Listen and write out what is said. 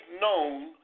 Known